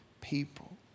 People